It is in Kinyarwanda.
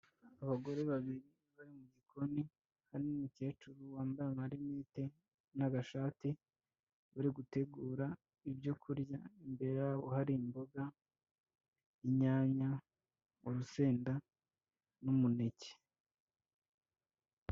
Abagore babiri bari mu gikoni, hari n'umukecuru wambaye amarinete n'agashati, uri gutegura ibyo kurya imbere yabo hari imboga, inyanya, urusenda n'umuneke.